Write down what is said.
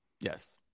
Yes